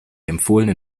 empfohlene